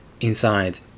inside